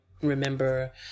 remember